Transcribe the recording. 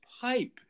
pipe